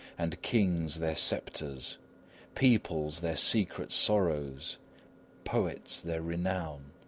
and kings their sceptres peoples, their secret sorrows poets, their renown.